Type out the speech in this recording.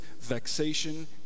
vexation